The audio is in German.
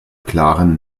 klaren